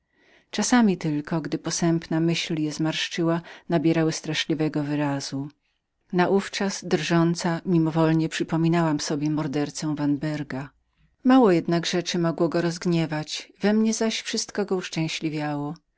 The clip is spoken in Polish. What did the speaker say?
czasami tylko gdy posępna myśl je zmarszczyła nabierały straszliwego wyrazu naówczas drżąca mimowolnie przypominałam sobie mordercę vanberga mało jednak rzeczy mogło go rozgniewać we mnie zaś wszystko go uszczęśliwiało